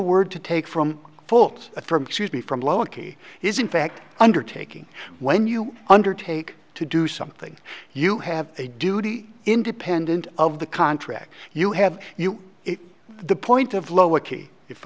word to take from fultz a from the from lower key is in fact undertaking when you undertake to do something you have a duty independent of the contract you have you the point of low